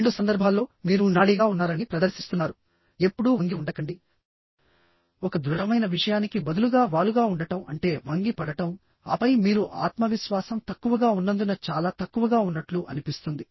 రెండు సందర్భాల్లో మీరు నాడీగా ఉన్నారని ప్రదర్శిస్తున్నారు ఎప్పుడూ వంగి ఉండకండి ఒక దృఢమైన విషయానికి బదులుగా వాలుగా ఉండటం అంటే వంగి పడటం ఆపై మీరు ఆత్మవిశ్వాసం తక్కువగా ఉన్నందున చాలా తక్కువగా ఉన్నట్లు అనిపిస్తుంది